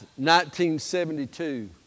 1972